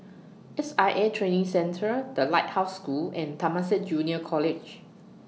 S I A Training Centre The Lighthouse School and Temasek Junior College